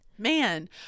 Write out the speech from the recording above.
Man